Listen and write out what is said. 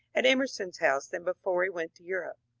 at em erson's house than before he went to europe.